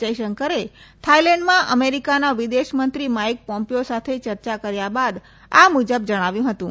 જથશંકરે થાઈલેન્ડમાં અમેરિકાના વિદેશમંત્રી માઈક પોમ્પીયો સાથે યર્ચા કર્યા બાદ આ મુજબ જણાવ્યું હતું